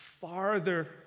farther